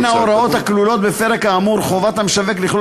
בין ההוראות הכלולות בפרק האמור: חובת המשווק לכלול